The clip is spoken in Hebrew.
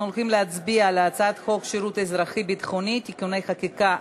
אנחנו הולכים להצביע על הצעת חוק שירות אזרחי-ביטחוני (תיקוני חקיקה),